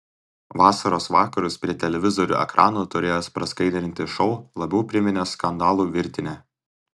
vasaros vakarus prie televizorių ekranų turėjęs praskaidrinti šou labiau priminė skandalų virtinę